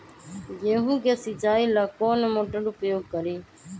गेंहू के सिंचाई ला कौन मोटर उपयोग करी?